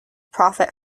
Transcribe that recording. profit